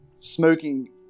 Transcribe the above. smoking